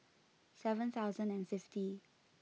seven thousand and fifty